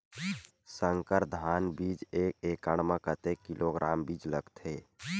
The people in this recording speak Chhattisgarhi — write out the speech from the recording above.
संकर धान बीज एक एकड़ म कतेक किलोग्राम बीज लगथे?